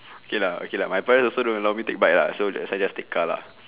okay lah okay lah my parents also don't allow me take bike lah so that's why just take car lah